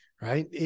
right